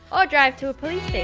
or drive to a police